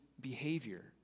behavior